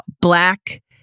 black